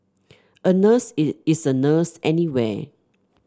a nurse is a nurse anywhere